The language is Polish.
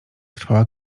trwała